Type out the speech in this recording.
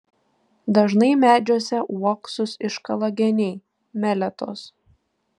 dažnai medžiuose uoksus iškala geniai meletos